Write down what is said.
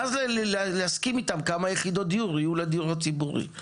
ואז להסכים איתם כמה יחידות דיור יהיו לדיור הציבורי.